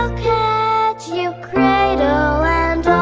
catch you, cradle and